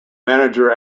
manager